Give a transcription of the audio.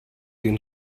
den